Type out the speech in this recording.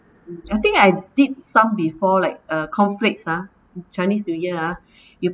I think I did some before like uh cornflakes ah chinese new year ah you